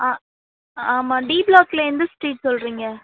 ஆ ஆமாம் டி ப்ளாக்கில் எந்த ஸ்ட்ரீட் சொல்கிறிங்க